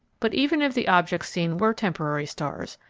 but even if the objects seen were temporary stars,